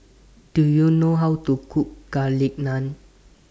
Do YOU know How to Cook Garlic Naan